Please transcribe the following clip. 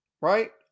right